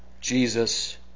Jesus